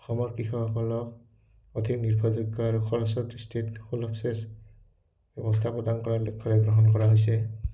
অসমৰ কৃষকসকলক অধিক নিৰ্ভৰযোগ্য আৰু খৰচৰ দৃষ্টিত সুলভ চেচ ব্যৱস্থা প্ৰদান কৰাৰ লক্ষ্য গ্ৰহণ কৰা হৈছে